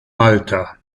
malta